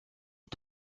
est